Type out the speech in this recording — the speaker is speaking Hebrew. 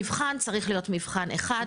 מבחן צריך להיות מבחן אחד,